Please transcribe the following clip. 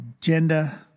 gender